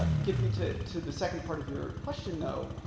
but gets me to to the second part of your question, though.